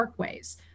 parkways